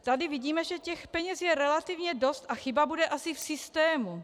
Tady vidíme, že peněz je relativně dost a chyba bude asi v systému.